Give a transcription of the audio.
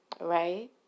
Right